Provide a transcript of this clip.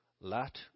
Lat